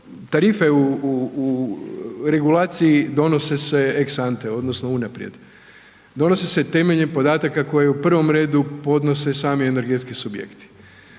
Tarife u regulaciji donose se ex ante odnosno unaprijed. Donose se temeljem podataka koje u prvom redu podnose sami energetski subjekti.